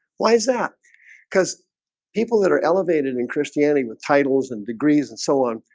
why is that because people that are elevated in christianity with titles and degrees and so on?